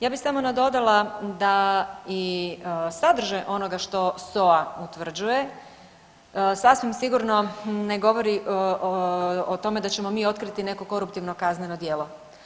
Ja bi samo nadodala da i sadržaj onoga što SOA utvrđuje sasvim sigurno ne govori o tome da ćemo mi otkriti neko koruptivno kazneno djelo.